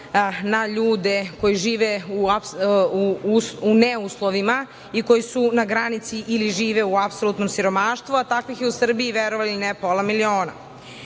na ljude koji žive u neuslovima i koji su na granici ili žive u apsolutnom siromaštvu, a takvih je u Srbiji, verovali ili ne, pola miliona.S